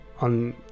on